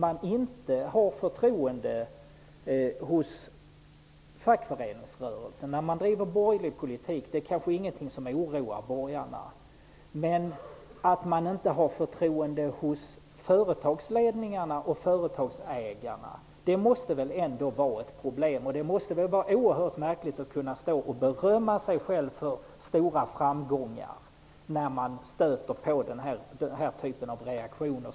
Att inte få förtroende från fackföreningsrörelsen när man driver borgerlig politik är kanske ingenting som oroar borgarna. Men att inte få förtroende från företagsledningarna och företagsägarna måste väl ändå vara ett problem? Det måste vara oerhört märkligt att berömma sig själv för stora framgångar när man stöter på denna typ av reaktioner.